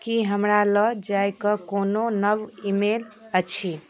की हमरा लऽ जाय के कोनो नव ईमेल अछि